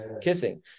kissing